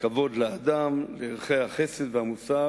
כבוד לאדם, וערכי החסד והמוסר